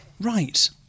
Right